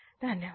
धन्यवाद